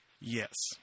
Yes